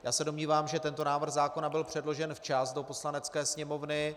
Já se domnívám, že tento návrh zákona byl předložen do Poslanecké sněmovny včas.